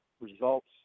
results